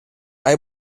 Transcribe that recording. hay